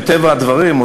מטבע הדברים,